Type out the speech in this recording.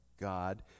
God